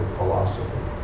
philosophy